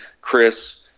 Chris